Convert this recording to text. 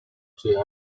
she